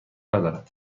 ندارد